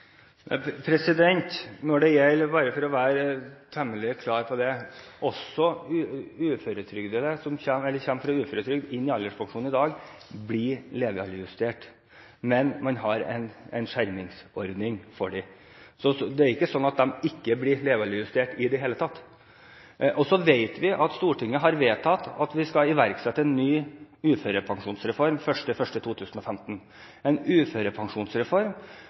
For å være temmelig klar på det: Også de som i dag kommer fra uføretrygd og blir mottakere av alderspensjon, blir levealdersjustert, men man har en skjermingsordning for dem. Det er ikke slik at de ikke blir levealdersjustert i det hele tatt. Vi vet også at Stortinget har vedtatt at vi skal iverksette en ny uførepensjonsreform 1. januar 2015. Det blir en uførepensjonsreform